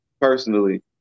personally